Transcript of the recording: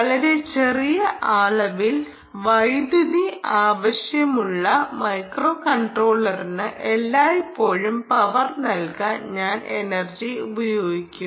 വളരെ ചെറിയ അളവിൽ വൈദ്യുതി ആവശ്യമുള്ള മൈക്രോകൺട്രോളറിന് എല്ലായ്പ്പോഴും പവർ നൽകാൻ ഞാൻ ഈ എനർജി ഉപയോഗിക്കും